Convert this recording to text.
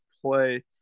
play